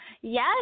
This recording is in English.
Yes